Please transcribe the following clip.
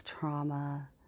trauma